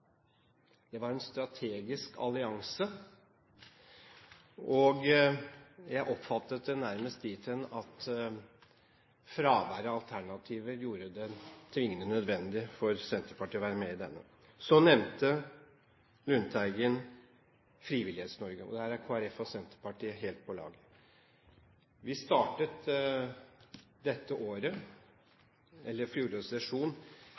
Det var en strategisk allianse, og jeg oppfattet det nærmest dit hen at fraværet av alternativer gjorde det tvingende nødvendig for Senterpartiet å være med i denne. Så nevnte Lundteigen Frivillighets-Norge. Der er Kristelig Folkeparti og Senterpartiet helt på lag. Vi startet